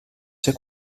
ser